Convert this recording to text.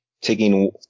taking